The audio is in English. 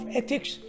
ethics